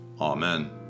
Amen